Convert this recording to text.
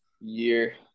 Year